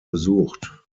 besucht